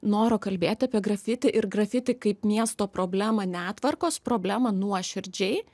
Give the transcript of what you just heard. noro kalbėti apie grafiti ir grafiti kaip miesto problemą netvarkos problemą nuoširdžiai